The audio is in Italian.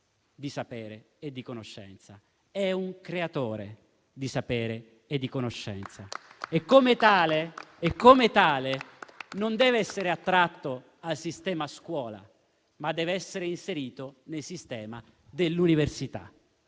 di sapere e di conoscenza, bensì un creatore di sapere e di conoscenza, e come tale non deve essere attratto al sistema scuola, ma deve essere inserito nel sistema dell'università.